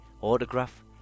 autograph